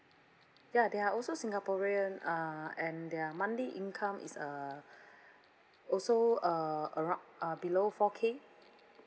ya they are also singaporean uh and their monthly income is uh also uh around uh below four K